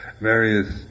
various